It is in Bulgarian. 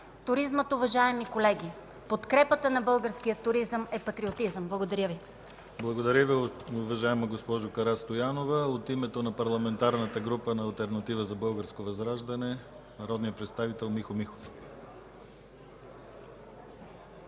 Туризмът, уважаеми колеги, подкрепата на българския туризъм е патриотизъм! Благодаря. ПРЕДСЕДАТЕЛ ДИМИТЪР ГЛАВЧЕВ: Благодаря Ви, уважаема госпожо Карастоянова. От името на Парламентарната група на Алтернатива за Българско Възраждане – народният представител Михо Михов.